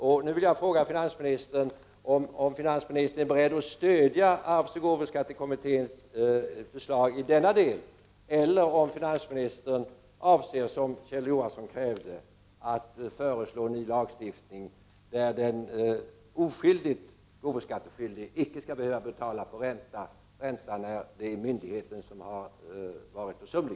Jag vill nu fråga finansministern om han är beredd att stödja arvsoch gåvoskattekommitténs förslag i denna del, eller om finansministern avser, vilket Kjell Johansson krävde, föreslå en ny lagstiftning där den gåvoskatteskyldige som är oskyldig icke skall behöva betala ränta när det är myndigheten som varit försumlig.